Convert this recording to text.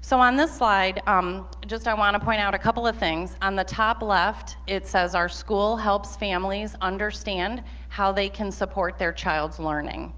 so on this slide um just i want to point out a couple of things on the top left it says our school helps families understand how they can support their child's learning